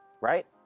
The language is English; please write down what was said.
Right